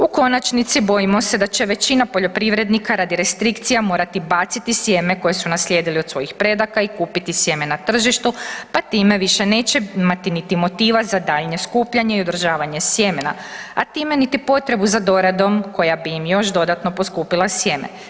U konačnici bojimo se da će većina poljoprivrednika radi restrikcija morati baciti sjeme koje su naslijedili od svojih predaka i kupiti sjeme na tržištu, pa time više neće imati niti motiva za daljnje skupljanje i održavanje sjemena, a time niti potrebu za doradom koja bi im još dodatno poskupila sjeme.